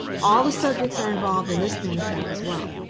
all the subjects are involved in this main effect as well.